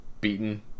beaten